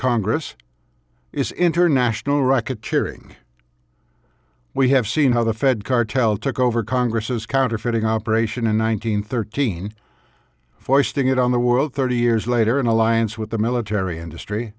congress is international racket cheering we have seen how the fed cartel took over congress's counterfeiting operation in one nine hundred thirteen foisting it on the world thirty years later in alliance with the military industry